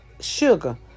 sugar